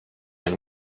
and